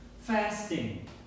fasting